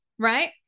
Right